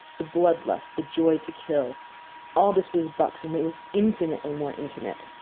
the blood lust, the joy to kill all this was buck's, only it was infinitely more intimate.